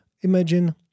imagine